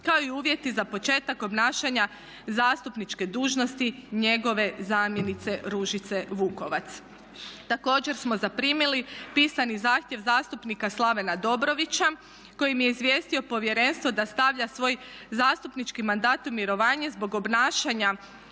kao i uvjeti za početak obnašanja zastupničke dužnosti njegove zamjenice Ružice Vukovac. Također smo zaprimili pisani zahtjev zastupnika Slavena Dobrovića kojim je izvijestio povjerenstvo da stavlja svoj zastupnički mandat u mirovanje zbog obnašanja